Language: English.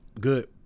good